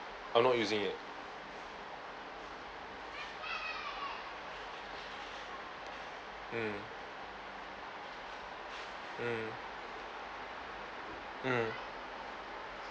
I'm not using it mm mm mm